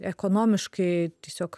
ekonomiškai tiesiog